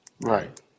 Right